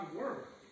work